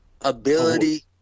ability